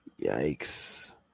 yikes